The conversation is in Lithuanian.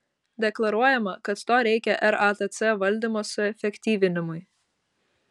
deklaruojama kad to reikia ratc valdymo suefektyvinimui